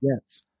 Yes